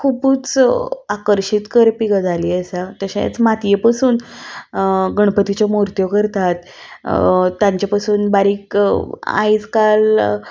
खुबूच आकर्शीत करपी गजाली आसा तशेंच मातये पसून गणपतीच्यो मुर्त्यो करतात तांचे पसून बारीक आयज काल